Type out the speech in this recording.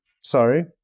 Sorry